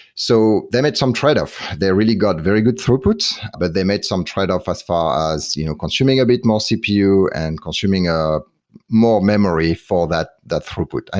so then it's some tradeoff. they really got very good throughput, but they made some tradeoff as far as you know consuming a bit more cpu and consuming ah more memory for that that throughput.